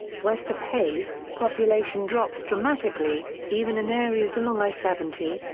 west of hays, population drops dramatically, even in areas along i seventy,